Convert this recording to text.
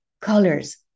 colors